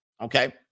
okay